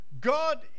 God